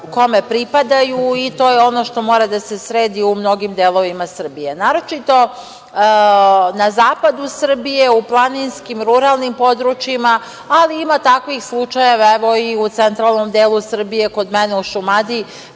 kome pripadaju i to je ono što mora da se sredi u mnogim delovima Srbije. Naročito, na zapadu Srbije, u planinskim i ruralnim područjima, ali ima takvih slučajeva, evo i u centralnom delu Srbije, kod mene u Šumadiji,